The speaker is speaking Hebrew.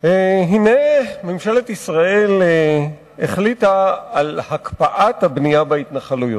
הנה ממשלת ישראל החליטה על הקפאת הבנייה בהתנחלויות.